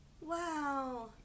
wow